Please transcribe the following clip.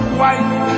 white